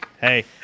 Hey